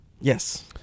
Yes